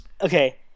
Okay